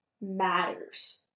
matters